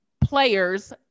players